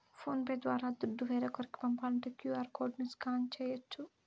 phone pay ద్వారా దుడ్డు వేరోకరికి పంపాలంటే క్యూ.ఆర్ కోడ్ ని కూడా స్కాన్ చేయచ్చు